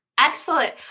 Excellent